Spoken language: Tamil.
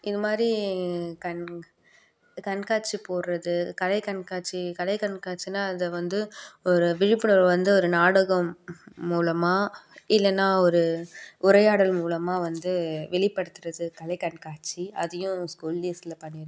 இது மாதிரி கண் கண்காட்சி போடுறது கலை கண்காட்சி கலை கண்காட்சினா அதை வந்து ஒரு விழிப்புணர்வு வந்து ஒரு நாடகம் மூலமாக இல்லைன்னா ஒரு உரையாடல் மூலமாக வந்து வெளிப்படுத்துறது கலை கண்காட்சி அதையும் ஸ்கூல் டேஸில் பண்ணியிருக்கேன்